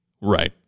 Right